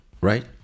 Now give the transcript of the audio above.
right